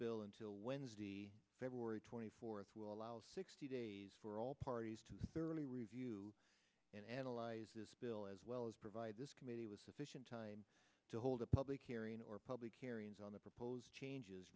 bill until wednesday feb twenty fourth will allow sixty days for all parties to thoroughly review and analyze this bill as well as provide this committee was sufficient time to hold a public hearing or public hearings on the proposed changes